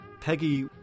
Peggy